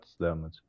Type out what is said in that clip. damage